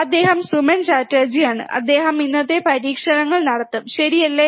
അദ്ദേഹം സുമൻ ചാറ്റർജിയാണ് അദ്ദേഹം ഇന്നത്തെ പരീക്ഷണങ്ങൾ നടത്തും ശരിയല്ലേ